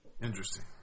Interesting